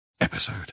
episode